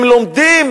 הם לומדים